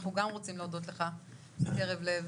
אנחנו גם רוצים להודות לך מקרב לב.